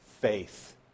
faith